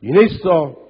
Nel testo